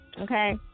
okay